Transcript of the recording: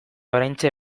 oraintxe